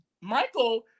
Michael